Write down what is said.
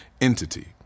entity